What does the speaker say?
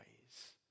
ways